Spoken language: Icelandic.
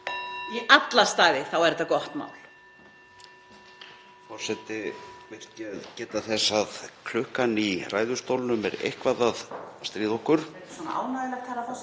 þá er þetta gott mál.